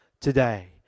today